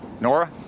Nora